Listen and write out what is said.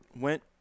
went